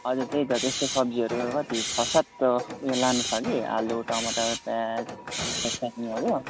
हजुर त्यही त त्यस्तो सब्जीहरू कति छ सात ऊ यो लानु छ कि आलु टमटर प्याज खोर्सानीहरू